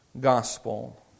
gospel